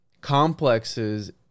complexes